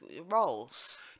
roles